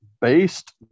based